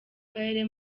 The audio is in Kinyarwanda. karere